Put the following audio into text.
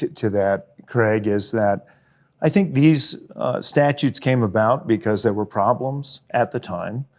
to that, craig, is that i think these statutes came about because there were problems at the time.